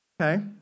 Okay